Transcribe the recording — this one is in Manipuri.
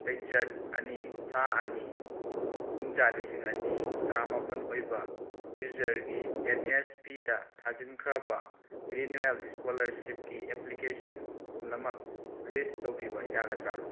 ꯆꯩꯆꯠ ꯑꯅꯤ ꯊꯥ ꯑꯅꯤ ꯀꯨꯝꯖꯥ ꯂꯤꯁꯤꯡ ꯑꯅꯤ ꯇꯔꯥꯃꯥꯄꯜ ꯑꯣꯏꯕ ꯌꯨꯖꯔꯒꯤ ꯑꯦꯟ ꯅꯦꯁ ꯄꯤꯗ ꯊꯥꯖꯤꯟꯈ꯭ꯔꯕ ꯔꯤꯅꯨꯋꯦꯜ ꯏꯁꯀꯣꯂꯥꯔꯁꯤꯞꯀꯤ ꯑꯦꯄ꯭ꯂꯤꯀꯦꯁꯟ ꯄꯨꯝꯅꯃꯛ ꯂꯤꯁ ꯇꯧꯕꯤꯕ ꯌꯥꯒꯗ꯭ꯔꯥ